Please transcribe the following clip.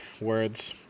words